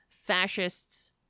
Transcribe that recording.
fascists